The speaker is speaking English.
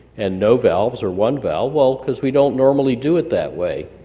and no valves, or one valve? well, because we don't normally do it that way,